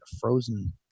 frozen